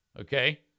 Okay